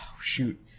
shoot